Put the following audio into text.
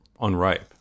unripe